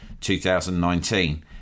2019